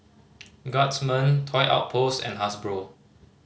Guardsman Toy Outpost and Hasbro